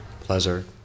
Pleasure